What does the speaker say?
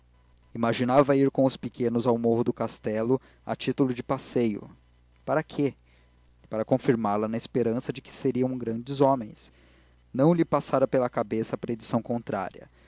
imaginava ir com os pequenos ao morro do castelo a título de passeio para quê para confirmá la na esperança de que seriam grandes homens não lhe passara pela cabeça a predição contrária